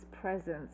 presence